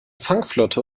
fangflotte